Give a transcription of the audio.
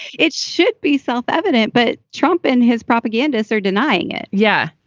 it should be self evident but trump and his propagandists are denying it yeah,